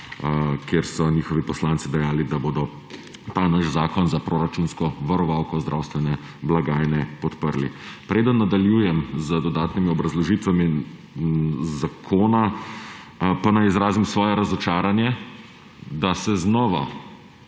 kjer so njihovi poslanci dejali, da bodo ta naš zakon za proračunsko varovalko zdravstvene blagajne podprli. Preden nadaljujem z dodatnimi obrazložitvami zakona, pa naj izrazim svoje razočaranje, da se znova